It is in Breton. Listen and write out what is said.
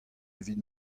evit